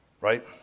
Right